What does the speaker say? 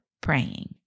praying